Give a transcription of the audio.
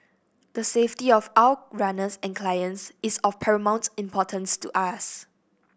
the safety of our runners and clients is of paramount importance to us